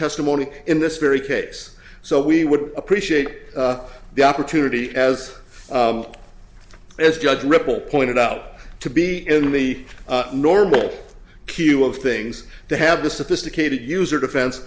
testimony in this very case so we would appreciate the opportunity as as judge ripple pointed out to be in the normal queue of things to have the sophisticated user defen